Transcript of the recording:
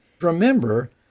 Remember